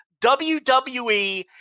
WWE